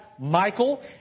Michael